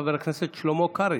חבר הכנסת שלמה קרעי.